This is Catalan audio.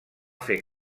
fer